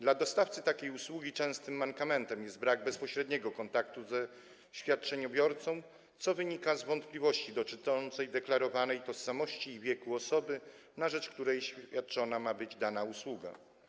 Dla dostawcy takiej usługi często mankamentem jest brak bezpośredniego kontaktu ze świadczeniobiorcą, co wynika z wątpliwości dotyczącej deklarowanej tożsamości i wieku osoby, na rzecz której świadczona ma być dana usługa.